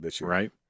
Right